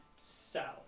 south